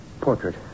portrait